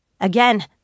Again